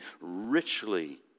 richly